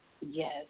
Yes